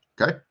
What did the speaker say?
Okay